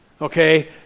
Okay